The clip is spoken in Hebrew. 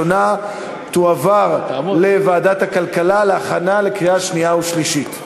תועבר לוועדת הכלכלה להכנה לקריאה שנייה ושלישית.